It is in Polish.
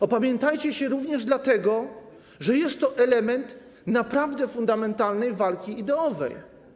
Opamiętajcie się również, dlatego że jest to element naprawdę fundamentalnej walki ideowej.